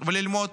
וללמוד